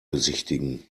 besichtigen